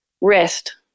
Rest